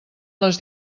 les